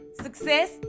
success